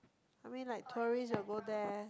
I mean like tourist will go there